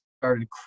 started